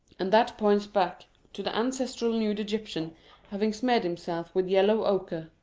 and that points back to the ancestral nude egyptian having smeared himself with yellow ochre.